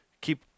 keep